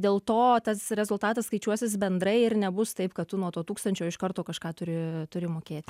dėl to tas rezultatas skaičiuosis bendrai ir nebus taip kad tu nuo to tūkstančio iš karto kažką turi turi mokėt